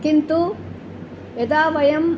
किन्तु यदा वयम्